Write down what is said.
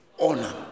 honor